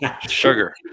Sugar